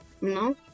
No